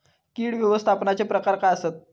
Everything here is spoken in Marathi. कीड व्यवस्थापनाचे प्रकार काय आसत?